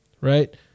right